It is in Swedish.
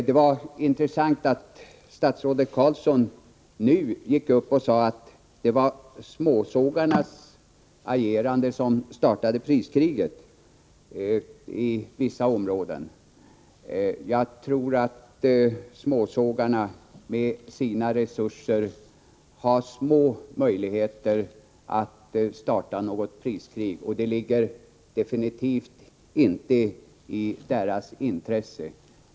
Det var intressant att statsrådet Carlsson nu sade att det var småsågarnas agerande som startade priskriget i vissa områden. Jag tror att småsågarna med sina resurser har små möjligheter att starta något priskrig, och det ligger definitivt inte i deras intresse.